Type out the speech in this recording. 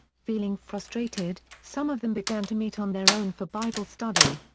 feeling frustrated, some of them began to meet on their own for bible study.